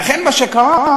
ואכן, מה שקרה,